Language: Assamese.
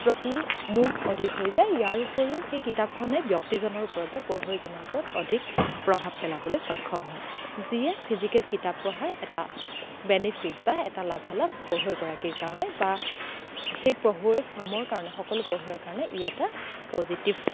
প্ৰতি মোহ অধিক হৈ যায় ইয়াৰ উপৰিও সেই কিতাপখনে ব্যক্তিজনৰ ওপৰত বা পঢ়ুৱৈজনৰ ওপৰত অধিক প্ৰভাৱ পেলাবলৈ সক্ষম হয় যিয়ে ফিজিকেল কিতাপ পঢ়াৰ এটা বেনিফিট বা এটা লাভালাভ পঢ়ুৱৈগৰাকীৰ কাৰণে বা সেই পঢ়ুৱৈচামৰ কাৰণে সকলো পঢ়ুৱৈৰ কাৰণে ই এটা পজিটিভ